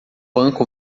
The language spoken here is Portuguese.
banco